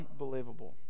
Unbelievable